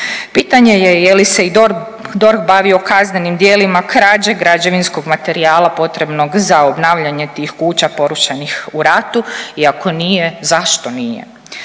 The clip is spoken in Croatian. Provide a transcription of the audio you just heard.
Pitanje je li se i DORH bavio kaznenim djelima krađe građevinskog materijala potrebnog za obnavljanje tih kuća porušenih u ratu i ako nije zašto nije.